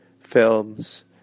films